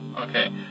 okay